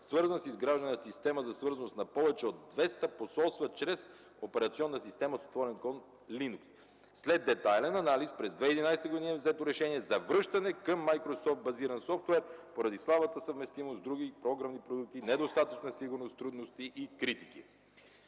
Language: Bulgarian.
свързан с изграждане на система за свързване на повече от 200 посолства чрез операционна система Linux. След детайлен анализ през 2011 г. е взето решение за връщане към „Майкрософт” – базиран софтуер, поради слабата съвместимост с други програмни продукти, недостатъчна сигурност, трудности и критики.